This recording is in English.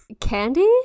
Candy